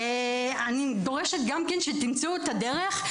אני דורשת גם כן שתמצאו את הדרך,